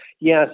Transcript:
yes